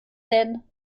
denn